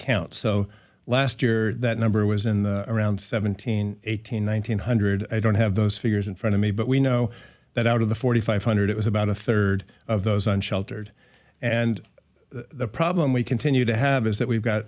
count so last year that number was in the around seventeen eighteen one thousand nine hundred i don't have those figures in front of me but we know that out of the forty five hundred it was about a third of those unsheltered and the problem we continue to have is that we've got